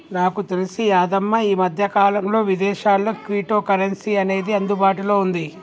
నాకు తెలిసి యాదమ్మ ఈ మధ్యకాలంలో విదేశాల్లో క్విటో కరెన్సీ అనేది అందుబాటులో ఉంది